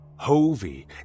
Hovi